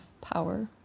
power